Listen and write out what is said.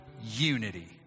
unity